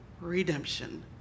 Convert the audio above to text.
redemption